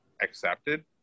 accepted